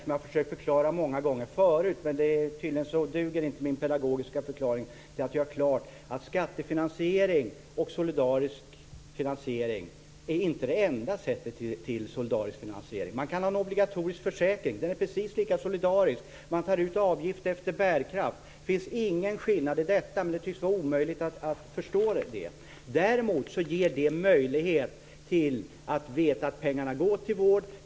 Jag har försökt att förklara det här många gånger förut, men tydligen duger inte min pedagogiska förmåga till att göra klart att skattefinansiering inte är det enda sättet att få till stånd en solidarisk finansiering. Man kan ha en obligatorisk försäkring. Det är precis lika solidariskt. Man tar ut avgift efter bärkraft. Det finns ingen skillnad i detta. Men det tycks vara omöjligt att förstå. Däremot ger det möjlighet att veta att pengarna går till vård.